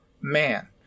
man